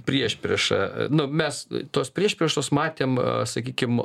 priešprieša nu mes tos priešpriešos matėm sakykim